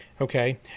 Okay